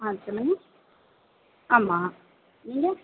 ஆ சொல்லுங்கள் ஆமாம் நீங்கள்